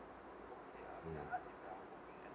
mm